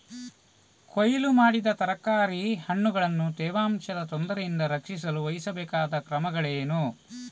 ಕೊಯ್ಲು ಮಾಡಿದ ತರಕಾರಿ ಹಣ್ಣುಗಳನ್ನು ತೇವಾಂಶದ ತೊಂದರೆಯಿಂದ ರಕ್ಷಿಸಲು ವಹಿಸಬೇಕಾದ ಕ್ರಮಗಳೇನು?